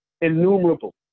innumerable